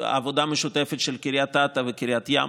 עבודה משותפת של קריית אתא וקריית ים.